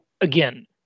again